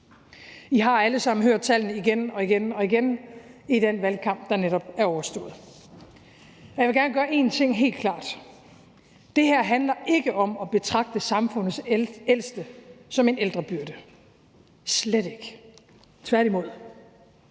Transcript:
I har alle sammen hørt tallene igen og igen i den valgkamp, der netop er overstået. Jeg vil gerne gøre én ting helt klart: Det her handler ikke om at betragte samfundets ældste som en ældrebyrde – slet ikke. Tværtimod